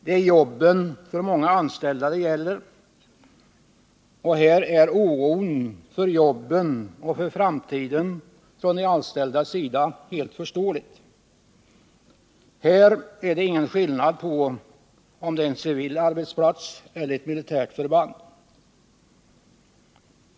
Det är jobben för många anställda det gäller. Oron för jobben och för framtiden från de anställdas sida är helt förståelig. I det avseendet är det ingen skillnad på om det rör sig om en civil arbetsplats eller om ett militärt förband.